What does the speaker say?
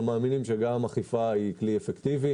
אבל מאמינים שגם אכיפה היא כלי אפקטיבי